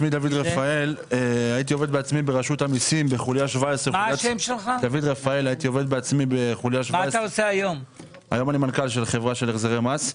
אני עבדתי ברשות המיסים בחוליה 17. היום אני מנכ"ל של חברה להחזרי מס.